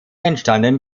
entstanden